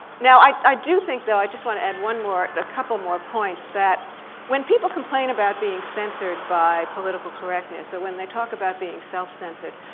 now i do think, though, i just wanna add one more, a couple more, points that when people complain about being censored by political correctness, or when they talk about being self-censored,